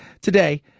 today